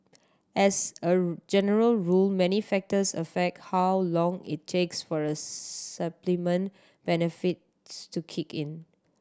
as a general rule many factors affect how long it takes for a supplement benefits to kick in